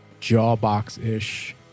jawbox-ish